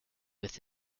with